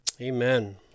Amen